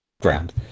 Ground